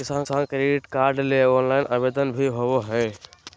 किसान credit card ले online आवेदन भी होबय हय